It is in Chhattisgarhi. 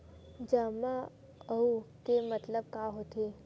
जमा आऊ के मतलब का होथे?